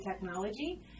technology